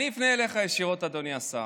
אני אפנה אליך ישירות, אדוני השר: